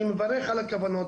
אני מברך על הכוונות,